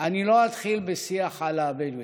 אני לא אתחיל בשיח על הבדואים,